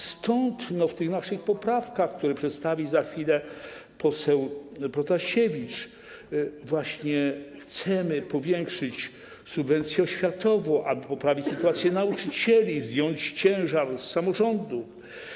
Stąd w tych naszych poprawkach, które przedstawi za chwilę poseł Protasiewicz, właśnie chcemy powiększyć subwencję oświatową, aby poprawić sytuację nauczycieli, zdjąć ciężar z samorządów.